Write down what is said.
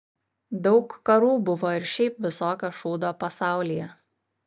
daug karų buvo ir šiaip visokio šūdo pasaulyje